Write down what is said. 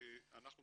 אנחנו משתדלים,